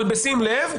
אבל בשים לב,